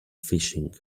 fishing